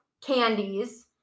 candies